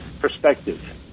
perspective